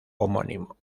homónimo